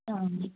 ആ ഓക്കെ